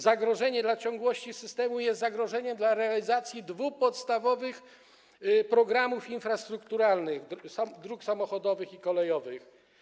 Zagrożenie dla ciągłości systemu jest zagrożeniem realizacji dwóch podstawowych programów infrastrukturalnych: dróg samochodowych i kolejowych.